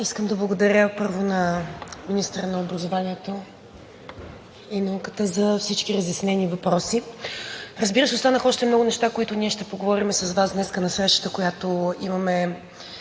Искам да благодаря първо на министъра на образованието и науката за всички разяснени въпроси. Разбира се, останаха още много неща, които ние ще поговорим с Вас днес на срещата, която имаме,